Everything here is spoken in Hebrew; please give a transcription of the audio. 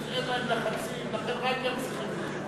אין להם לחצים, לכן רק הם צריכים למשול.